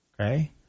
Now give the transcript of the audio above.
Okay